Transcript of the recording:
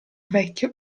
vecchio